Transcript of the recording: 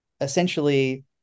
essentially